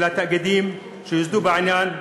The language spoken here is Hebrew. של התאגידים שיוסדו בעניין,